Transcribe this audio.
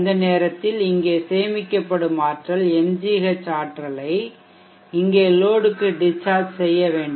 அந்த நேரத்தில் இங்கே சேமிக்கப்படும் ஆற்றல் mgh ஆற்றலை இங்கே லோடுக்கு டிஷ்சார்ஜ் செய்ய வேண்டும்